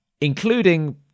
including